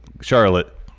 Charlotte